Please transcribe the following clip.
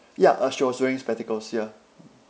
ya uh she was wearing spectacles ya